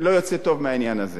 לא יוצא טוב מהעניין הזה.